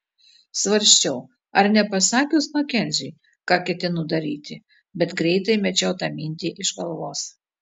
svarsčiau ar nepasakius makenziui ką ketinu daryti bet greitai mečiau tą mintį iš galvos